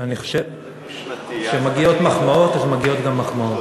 אני חושב שכשמגיעות מחמאות אז מגיעות גם מחמאות.